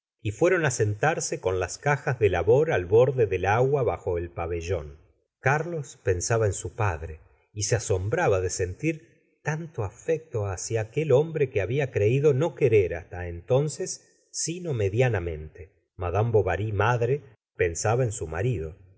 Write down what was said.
y fueron á sentarse con las cajas de labor al borde del agua bajo el pabellón carlos pensaba en su padre y se asombraba de sentir tanto afecto hacia aquel hombr e que habia creído no querer hasta entonces sino medianamente madame bovary madre pensa ba en su marido